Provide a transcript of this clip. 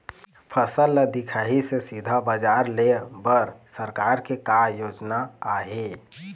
फसल ला दिखाही से सीधा बजार लेय बर सरकार के का योजना आहे?